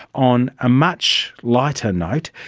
on a much lighter note,